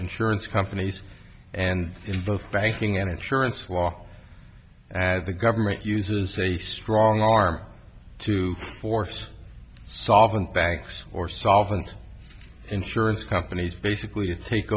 insurance companies and in both banking and insurance law as the government uses a strong arm to force solvent banks or solvent insurance companies basically take